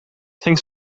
cinq